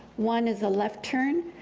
one is a left turn,